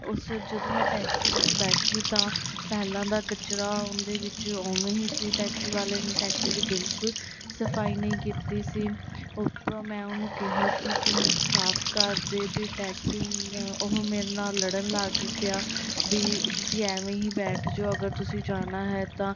ਉਸ ਜਦੋਂ ਮੈਂ ਟੈਕਸੀ ਵਿੱਚ ਬੈਠੀ ਤਾਂ ਪਹਿਲਾਂ ਦਾ ਕਚਰਾ ਉਹਦੇ ਵਿੱਚ ਉਵੇਂ ਹੀ ਸੀ ਟੈਕਸੀ ਵਾਲੇ ਟੈਕਸੀ ਦੀ ਬਿਲਕੁਲ ਸਫ਼ਾਈ ਨਹੀਂ ਕੀਤੀ ਸੀ ਉੱਪਰੋਂ ਮੈਂ ਉਹਨੂੰ ਕਿਹਾ ਕਿ ਤੂੰ ਸਾਫ਼ ਕਰ ਦੇ ਵੀ ਟੈਕਸੀ ਉਹ ਮੇਰੇ ਨਾਲ ਲੜਨ ਲੱਗ ਪਿਆ ਵੀ ਤੁਸੀਂ ਐਵੇਂ ਹੀ ਬੈਠ ਜਾਓ ਅਗਰ ਤੁਸੀਂ ਜਾਣਾ ਹੈ ਤਾਂ